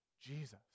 Jesus